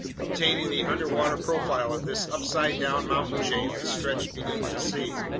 obtaining the underwater profile of this upside-down mountain chain that stretched beneath the sea.